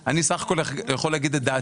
הכול יכול להגיד את דעתי.